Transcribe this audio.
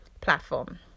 platform